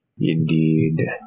Indeed